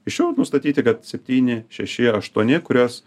iš jų nustatyti kad septyni šeši aštuoni kurios